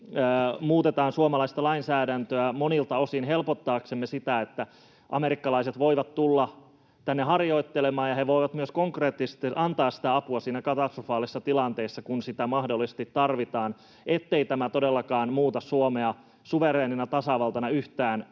muutetaan suomalaista lainsäädäntöä monilta osin helpottaaksemme sitä, että amerikkalaiset voivat tulla tänne harjoittelemaan ja he voivat myös konkreettisesti antaa apua siinä katastrofaalisessa tilanteessa, kun sitä mahdollisesti tarvitaan, niin tämä ei todellakaan muuta Suomea suvereenina tasavaltana yhtään